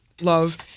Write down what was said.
love